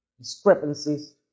discrepancies